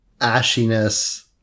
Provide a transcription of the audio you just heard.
ashiness